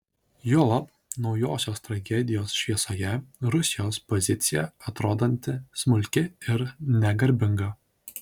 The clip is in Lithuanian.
juolab naujosios tragedijos šviesoje rusijos pozicija atrodanti smulki ir negarbinga